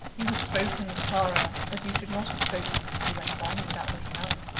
you have spoken, clara, as you should not have spoken, he went on, without looking up.